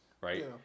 right